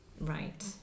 right